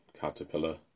Caterpillar